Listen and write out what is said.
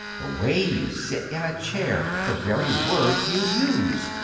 the way you sit in a chair. the very words you use,